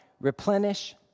replenish